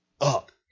up